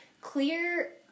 clear